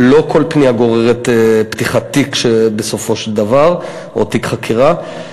לא כל פנייה גוררת פתיחת תיק או תיק חקירה בסופו של דבר.